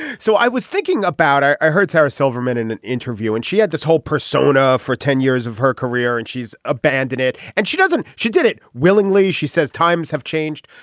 so i was thinking about her i heard sarah silverman in an interview and she had this whole persona for ten years of her career and she's abandoned it and she doesn't she did it willingly she says times have changed.